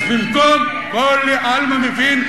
כולי עלמא מבין,